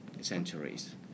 centuries